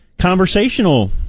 conversational